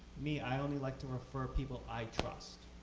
me, i only like to refer people i trust,